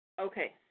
Okay